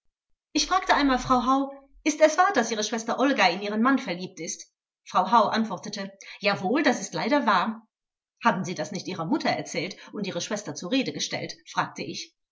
ich fragte einmal frau hau ist es wahr daß ihre schwester olga in ihren mann verliebt ist frau hau antwortete jawohl das ist leider wahr haben sie das nicht ihrer mutter erzählt und ihre schwester zur rede gestellt fragte ich